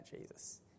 Jesus